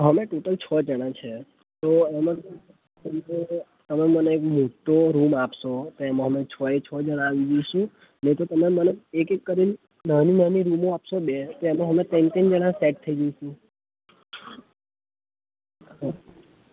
અમે ટોટલ છ જણા છીએ તો ઓનર રૂમ તરીકે તમે મને એક મોટો રૂમ આપશો તેમાં અમે છ એ છ જણા આવી જઈશું નહીં તો તમે મને એક એક કરીને નાની નાની રૂમો આપશો બે તેમાં અમે ત્રણ ત્રણ જણા સેટ થઈ જઈશું હં